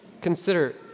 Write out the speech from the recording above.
consider